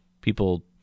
people